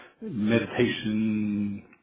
meditation